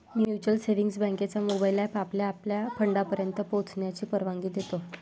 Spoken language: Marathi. म्युच्युअल सेव्हिंग्ज बँकेचा मोबाइल एप आपल्याला आपल्या फंडापर्यंत पोहोचण्याची परवानगी देतो